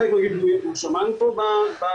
חלק מהם שמענו פה בדיון,